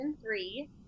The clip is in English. three